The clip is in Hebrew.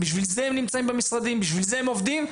בשביל זה הם נמצאים במשרדים; בשביל זה הם עובדים.